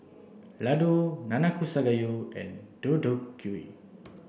Ladoo Nanakusa gayu and Deodeok gui